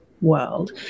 world